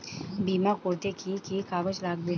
বিমা করতে কি কি কাগজ লাগবে?